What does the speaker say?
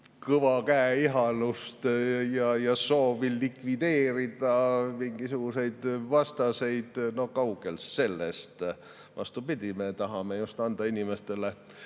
kõva käe ihalust ja soovi likvideerida mingisuguseid vastaseid – no kaugel sellest! Vastupidi, me tahame anda inimestele